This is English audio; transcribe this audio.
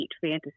fantasy